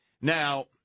Now